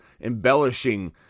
embellishing